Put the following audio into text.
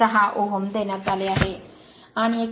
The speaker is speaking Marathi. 06 ओहम देण्यात आले आहे